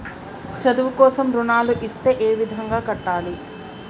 చదువు కోసం రుణాలు ఇస్తే ఏ విధంగా కట్టాలి?